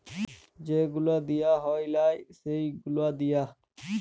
যে গুলা দিঁয়া হ্যয় লায় সে গুলা দিঁয়া